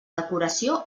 decoració